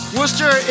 Worcester